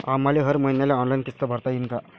आम्हाले हर मईन्याले ऑनलाईन किस्त भरता येईन का?